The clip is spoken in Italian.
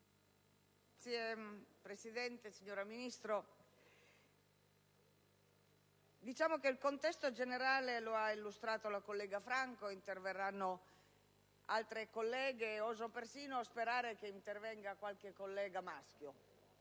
Signora Presidente, signora Ministro, il contesto generale è stato illustrato dalla collega Franco; interverranno altre colleghe, e oso persino sperare che intervenga qualche collega maschio.